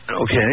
Okay